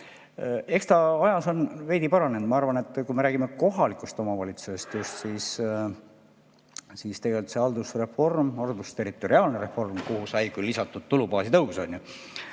see on ajas veidi paranenud. Ma arvan, et kui me räägime kohalikust omavalitsusest, siis tegelikult see haldusreform, haldusterritoriaalne reform, kuhu sai küll lisatud tulubaasi tõus, on